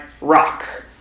rock